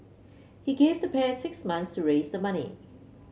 he gave the pair six months to raise the money